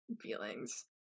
feelings